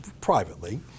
privately